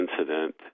incident